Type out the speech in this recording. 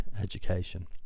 education